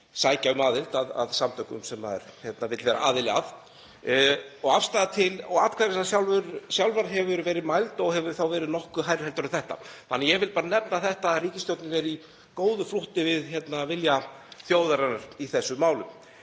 sækja um aðild að samtökum sem maður vill vera aðili að. Afstaða til atkvæðagreiðslunnar sjálfrar hefur verið mæld og hefur þá verið nokkuð hærri heldur en þetta. Þannig að ég vil bara nefna að ríkisstjórnin er í góðu flútti við vilja þjóðarinnar í þessum málum.